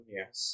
yes